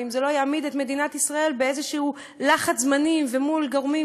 ואם זה לא יעמיד את מדינת ישראל באיזשהו לחץ זמנים מול גורמים,